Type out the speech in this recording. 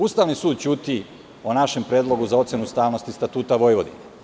Ustavni sud ćuti o našem predlogu za ocenu ustavnosti Statuta Vojvodine.